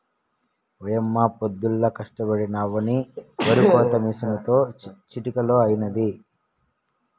ఓయమ్మ పొద్దుల్లా కష్టపడినా అవ్వని ఒరికోత మిసనుతో చిటికలో అయినాది